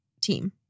team